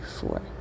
four